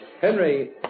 Henry